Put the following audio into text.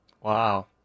Wow